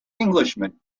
englishman